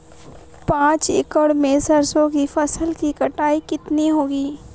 पांच एकड़ में सरसों की फसल की कटाई कितनी होगी?